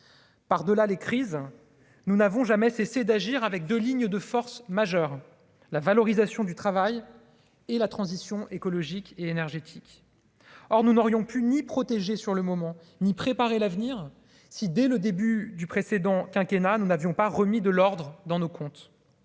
par delà les crises nous n'avons jamais cessé d'agir avec 2 lignes de force majeure, la valorisation du travail et la transition écologique et énergétique, or nous n'aurions pu ni protéger sur le moment ni préparer l'avenir, si dès le début du précédent quinquennat nous n'avions pas remis de l'ordre dans nos comptes,